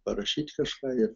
parašyti kažką ir